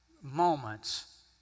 moments